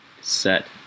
set